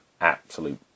absolute